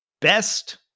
Best